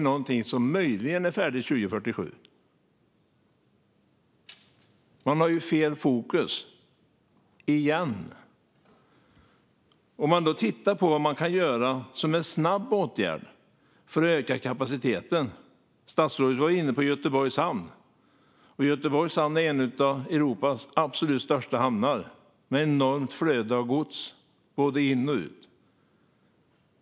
Det är fel fokus, igen. Man kan titta på vad man kan göra som en snabb åtgärd för att öka kapaciteten. Statsrådet var inne på Göteborgs hamn, som är en av Europas absolut största hamnar, med ett enormt flöde av gods både in och ut.